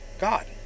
god